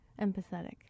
empathetic